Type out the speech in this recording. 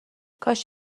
کاش